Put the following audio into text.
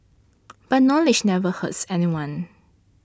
but knowledge never hurts anyone